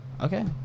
Okay